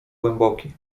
głęboki